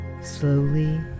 slowly